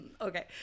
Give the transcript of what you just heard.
okay